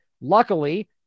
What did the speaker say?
Luckily